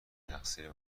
تقصیر